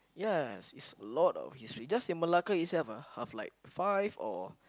ya is is is a lot of history just in Malacca itself ah have like five or